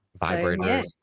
vibrators